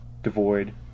devoid